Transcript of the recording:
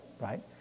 right